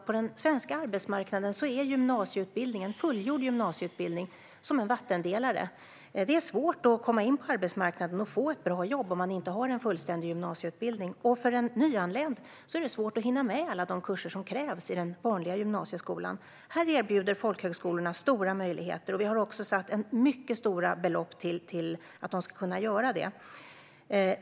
På den svenska arbetsmarknaden är det en fullgjord gymnasieutbildning som är vattendelaren - det är svårt att komma in på arbetsmarknaden och få ett bra jobb om man inte har en fullständig gymnasieutbildning. För en nyanländ är det svårt att hinna med alla de kurser som krävs i den vanliga gymnasieskolan. Här erbjuder folkhögskolorna stora möjligheter. Vi har också avsatt stora belopp till att de ska kunna göra det.